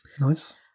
Nice